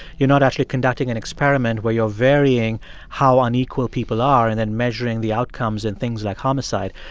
you're not actually conducting an experiment where you're varying how unequal people are and then measuring the outcomes in things like homicide.